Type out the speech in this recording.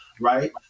right